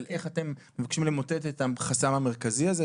איך אתם מבקשים למוטט את החסם המרכזי הזה.